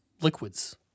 liquids